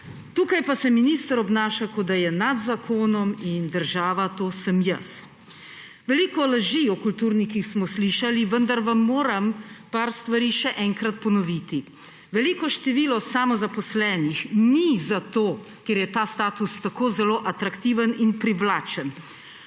tukaj pa se minister obnaša, kot da je nad zakonom in »Država, to sem jaz«. Veliko laži o kulturnikih smo slišali, vendar vam moram nekaj stvari še enkrat ponoviti. Veliko število samozaposlenih ni zato, ker je ta status tako zelo atraktiven in privlačen,